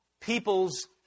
peoples